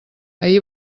ahir